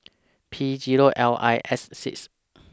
P Zero L I S six